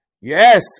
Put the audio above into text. Yes